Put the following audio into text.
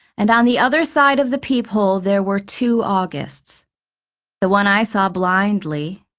and on the other side of the peephole there were two augusts the one i saw blindly,